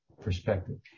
perspective